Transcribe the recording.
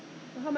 true lah